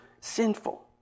sinful